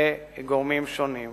וגורמים שונים.